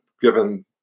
given